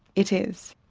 it is.